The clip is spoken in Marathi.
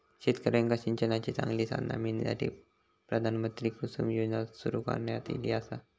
शेतकऱ्यांका सिंचनाची चांगली साधना मिळण्यासाठी, प्रधानमंत्री कुसुम योजना सुरू करण्यात ईली आसा